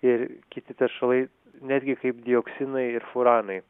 ir kiti teršalai netgi kaip dioksinai ir furanai